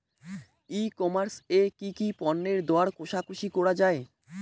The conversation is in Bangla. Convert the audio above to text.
ই কমার্স এ কি পণ্যের দর কশাকশি করা য়ায়?